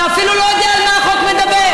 אתה אפילו לא יודע על מה החוק מדבר.